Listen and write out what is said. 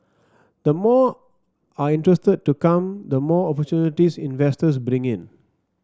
the more are interested to come the more opportunities investors bring in